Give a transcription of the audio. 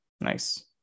nice